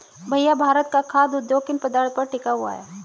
भैया भारत का खाघ उद्योग किन पदार्थ पर टिका हुआ है?